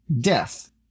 death